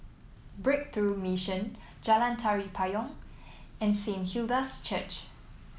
Breakthrough Mission Jalan Tari Payong and Saint Hilda's Church